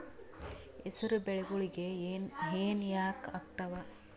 ಹೆಸರು ಬೆಳಿಗೋಳಿಗಿ ಹೆನ ಯಾಕ ಆಗ್ತಾವ?